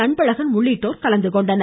அன்பழகன் உள்ளிட்டோர் கலந்துகொண்டனர்